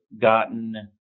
gotten